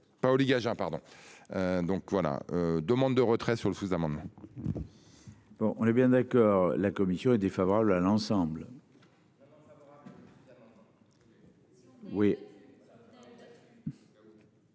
Paoli-Gagin pardon. Donc voilà. Demande de retrait sur le sous-amendement. Bon on est bien d'accord. La commission est défavorable à l'ensemble.